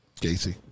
Gacy